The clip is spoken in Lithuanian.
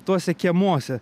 tuose kiemuose